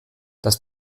das